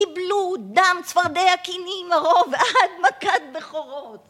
קיבלו דם, צפרדע, כינים, מרור עד מכת בכורות.